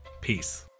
Peace